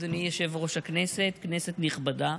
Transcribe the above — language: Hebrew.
אדוני יושב-ראש הכנסת, כנסת נכבדה,